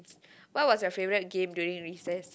what was your favorite game during recess